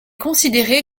considéré